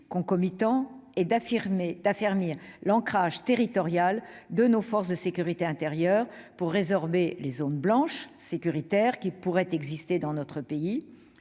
concomitant, est d'affermir l'ancrage territorial de nos forces de sécurité intérieures, afin de résorber les zones blanches sécuritaires qui peuvent exister dans notre pays.